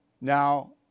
now